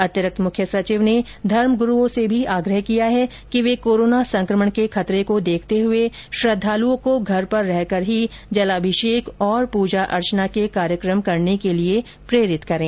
अतिरिक्त मुख्य सचिव ने धर्मगुरूओं से भी आग्रह किया है कि वे कोरोना संक्रमण के खतरे को देखते हुए श्रद्दालुओं को घर पर रहकर ही जलाभिषेक और पूजा अर्चना के कार्यक्रम करने के लिए प्रेरित करें